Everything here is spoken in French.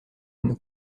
une